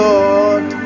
Lord